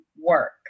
work